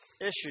issues